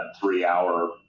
three-hour